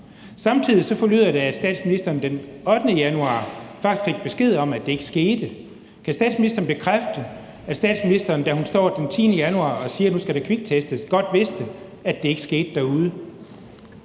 Samtidig forlyder det, at statsministeren den 8. januar faktisk fik besked om, at det ikke skete. Kan statsministeren bekræfte, at statsministeren, da hun stod den 10. januar og sagde, at nu skulle der kviktestes, godt vidste, at det ikke skete derude?